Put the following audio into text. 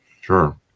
Sure